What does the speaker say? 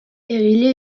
egile